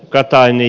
gata i